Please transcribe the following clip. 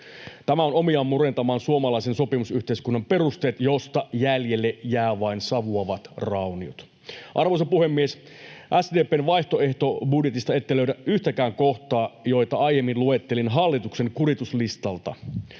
Tämä on omiaan murentamaan suomalaisen sopimusyhteiskunnan perusteet, joista jäljelle jäävät vain savuavat rauniot. Arvoisa puhemies! SDP:n vaihtoehtobudjetista ette löydä yhtäkään kohtaa, joita aiemmin luettelin hallituksen kurituslistalta.